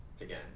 again